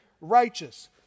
righteous